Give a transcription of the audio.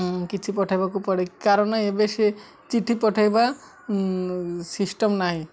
କିଛି ପଠାଇବାକୁ ପଡ଼େ କାରଣ ଏବେ ସେ ଚିଠି ପଠାଇବା ସିଷ୍ଟମ ନାହିଁ